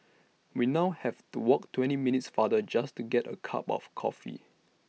we now have to walk twenty minutes farther just to get A cup of coffee